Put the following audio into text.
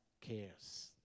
cares